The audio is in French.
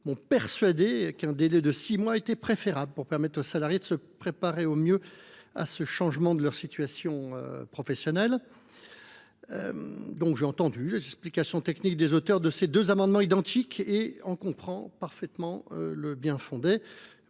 m’ont persuadé qu’un délai de six mois était préférable pour permettre aux salariés de se préparer au mieux à ce changement de leur situation professionnelle. J’ai entendu les explications techniques des auteurs de ces deux amendements identiques et j’en comprends le bien fondé.